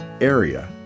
area